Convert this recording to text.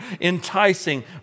enticing